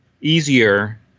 easier